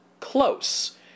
close